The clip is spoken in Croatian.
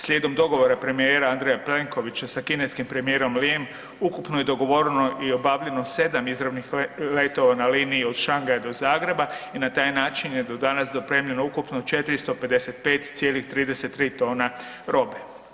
Slijedom dogovora premijera Andreja Plenkovića sa kineskim premijerom Lijem ukupno je dogovoreno i obavljeno 7 izravnih letova na liniji od Šangaja do Zagreba i na taj način je do danas dopremljeno ukupno 455,3 tona robe.